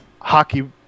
hockey